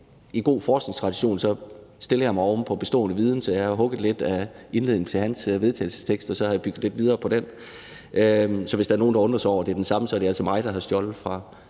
i god forskningstradition stiller jeg mig oven på bestående viden og har hugget lidt af indledningen til hr. Stinus Lindgreens vedtagelsestekst og bygget lidt videre på den. Så hvis der er nogen, der undrer sig over, at det er den samme, er det altså mig, der har stjålet fra